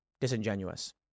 Disingenuous